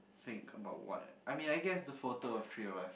think about what I mean I guess the photo of three of us